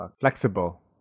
Flexible